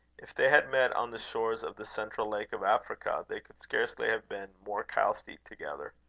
if they had met on the shores of the central lake of africa, they could scarcely have been more couthy together.